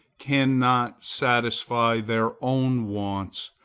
cannot satisfy their own wants,